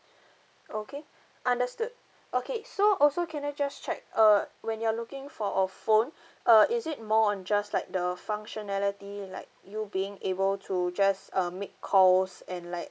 okay understood okay so also can I just check err when you are looking for a phone uh is it more on just like the functionality like you being able to just uh make calls and like